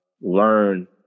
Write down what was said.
learn